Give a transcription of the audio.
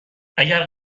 اگر